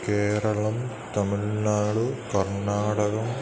केरला तमिळ्नाडु कर्नाटकम्